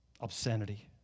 Obscenity